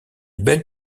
belles